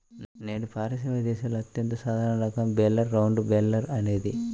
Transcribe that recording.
నేడు పారిశ్రామిక దేశాలలో అత్యంత సాధారణ రకం బేలర్ రౌండ్ బేలర్ అనేది